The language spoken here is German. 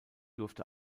durfte